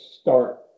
start